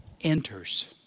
enters